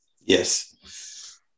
Yes